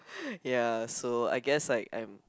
ya so I guess like I'm